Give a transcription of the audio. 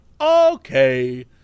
okay